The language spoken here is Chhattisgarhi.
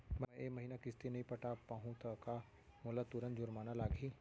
मैं ए महीना किस्ती नई पटा पाहू त का मोला तुरंत जुर्माना लागही?